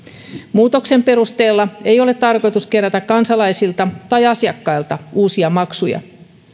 muutoksen perusteella ei ole tarkoitus kerätä kansalaisilta tai asiakkailta uusia maksuja